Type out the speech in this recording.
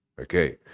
Okay